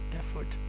effort